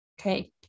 Okay